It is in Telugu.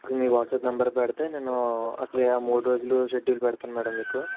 మీ వాట్సాప్ నెంబర్ పెడితే నేను అసలు ఆ మూడు రోజులు షెడ్యూల్ పెడతాను మేడం మీకు